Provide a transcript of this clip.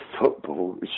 football